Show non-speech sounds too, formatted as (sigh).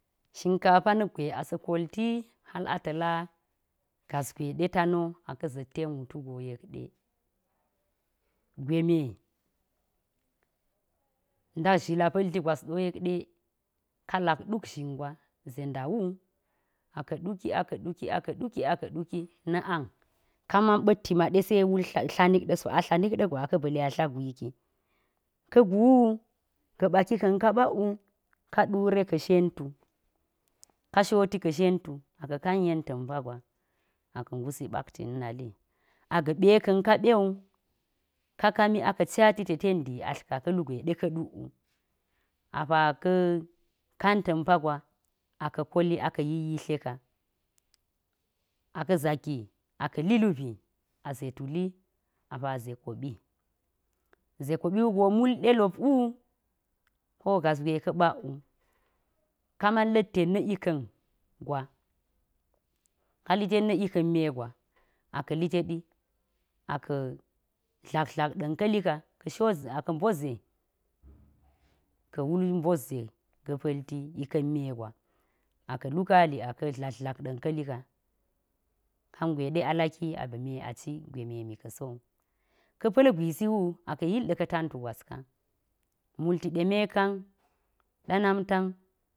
Sh-inkafa na̱k gwe a sa̱ kolti hal a ta̱ gasgwe ɗe ta no a ka̱ za̱t ten wutu go yekɗe, gwe me, ndat zhila pa̱lti gwas wo yekɗe, kalak ɗuk zhin gwa, (unintelligible) a ka̱ ɗuki a ka̱ ɗuki a ka̱ ɗuki a ka̱ ɗuki na ang, ka man mba̱tti ma ɗe se wul tla. nik ɗa̱ so, a tla nik ɗa̱ go a ka̱ ba̱li a tla̱ gwi ki, ka̱ gu wu, ga̱ ɓaki ka̱n ka ɓak wu, ka ɗure ka̱ shentu, ka shoti ka̱ shentu a ka̱ kan yen ta̱mpa gwa, a ka̱ ngusi ɓakti na̱ nali, a ga̱ ɓe ka̱n ka ɓo wu, ka kami a ka̱ cati te ten dii atl ka ka̱ lu gwe ɗe ka̱ ɗuk wu, a pa ka̱ kan ta̱mpa gwa a ka̱ yiyyitle ka, a ka̱ zaki a ka̱ li lubi a ze tuli a pa ze koɓi, ze koɓo wu go, mul ɗe lop wu, (unintelligible) ka man la̱t tet na̱ ika̱n gwa, ka litet na̱ ika̱n me gwa, a ka̱ liteɗi, a ka̱ tlak tla̱k ɗa̱n ka̱li ka, ka̱ shot ze a ka̱ mbo ze ka̱ wul mbot ze ga̱ pa̱lti ika̱n me gwa, a ka̱ lu kali a ka̱ tla̱k tla̱k ɗa̱n ka̱li ka, kan gwe a laki a ba̱ me a ci gwe memi ka̱ so wu. ka̱ pa̱l gwisi wu, a ka̱ yil ɗa̱ka̱ tantu gwas ka, multi ɗe menkan, ɗe namtan.